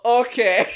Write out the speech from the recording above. okay